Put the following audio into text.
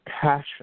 passion